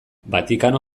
vatikano